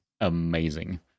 amazing